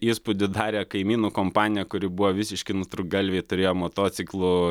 įspūdį darė kaimynų kompanija kuri buvo visiški nutrūktgalviai turėjo motociklų